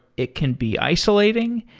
it can be isolating,